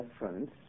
reference